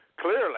clearly